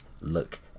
look